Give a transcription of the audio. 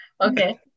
Okay